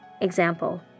Example